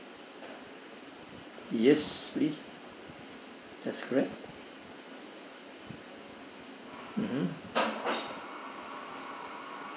yes please that's correct mmhmm